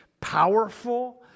powerful